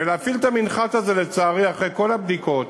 ולהפעיל את המנחת הזה, לצערי, אחרי כל הבדיקות,